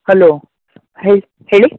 hello ಹೇಳಿ ಹೇಳಿ